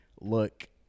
look